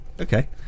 Okay